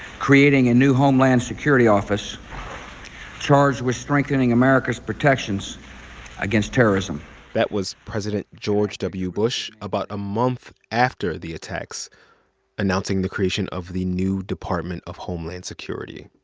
creating a new homeland security office charged with strengthening america's protections against terrorism that was president george w. bush about a month after the attacks announcing the creation of the new department of homeland security.